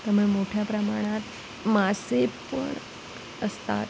त्यामुळे मोठ्या प्रमाणात मासे पण असतात